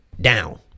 down